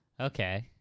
Okay